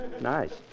Nice